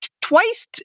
twice